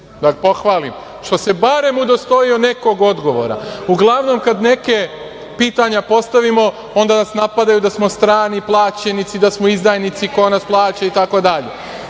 da pohvalim što se barem udostojio nekog odgovora. Uglavnom kad neka pitanja postavimo onda nas napadaju da smo strani plaćenici, da smo izdajnici i ko nas plaća itd, barem